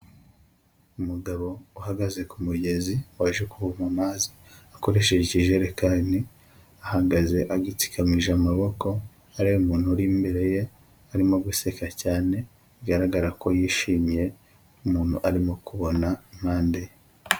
Umugabo uhagaze ku mugezi waje kuvoma amazi akoresheje ikijerekani, ahagaze agitsikamije amaboko, areba umuntu uri imbere ye, arimo guseka cyane, bigaragara ko yishimiye umuntu arimo kubona impande.